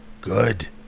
good